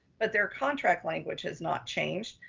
but their contract language has not changed.